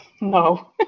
No